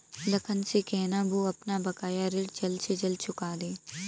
लखन से कहना, वो अपना बकाया ऋण जल्द से जल्द चुका दे